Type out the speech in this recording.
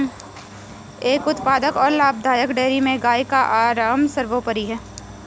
एक उत्पादक और लाभदायक डेयरी में गाय का आराम सर्वोपरि है